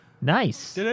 nice